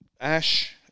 Ash